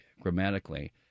grammatically